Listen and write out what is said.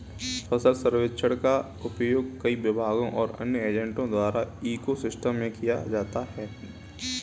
फसल सर्वेक्षण का उपयोग कई विभागों और अन्य एजेंटों द्वारा इको सिस्टम में किया जा सकता है